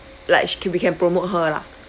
like sh~ c~ we can promote her lah